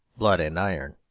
blood and iron.